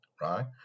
right